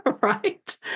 right